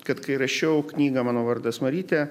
kad kai rašiau knygą mano vardas marytė